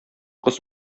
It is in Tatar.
кыз